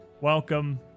welcome